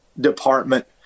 department